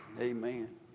Amen